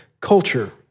culture